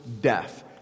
death